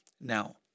Now